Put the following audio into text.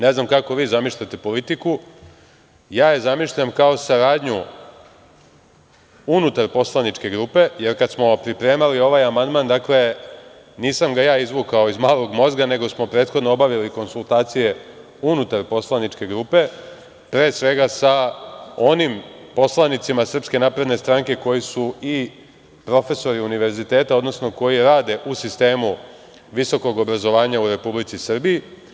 Ne znam kako vi zamišljate politiku, ja je zamišljam kao saradnju unutar poslaničke grupe, jer kada smo pripremali ovaj amandman, dakle, nisam ga ja izvukao iz malog mozga, nego smo prethodno obavili konsultacije unutar poslaničke grupe, pre svega sa onim poslanicima SNS koji su i profesori univerziteta, odnosno koji rade u sistemu visokog obrazovanja u Republici Srbiji.